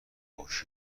ﺧﻮﺭﺩﯾﻢ